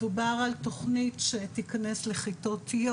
דובר על תוכנית שתיכנס לכיתות י',